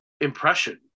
impression